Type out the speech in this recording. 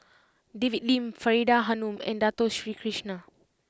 David Lim Faridah Hanum and Dato Sri Krishna